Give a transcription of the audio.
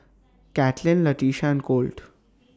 Katlin Latisha and Colt